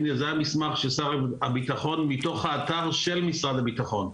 הנה המסמך מתוך האתר של משרד הביטחון,